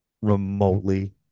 remotely